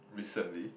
recently